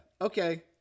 Okay